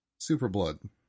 Superblood